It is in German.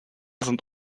sind